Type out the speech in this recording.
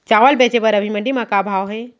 चांवल बेचे बर अभी मंडी म का भाव हे?